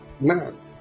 Man